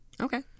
Okay